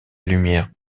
lumière